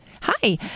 Hi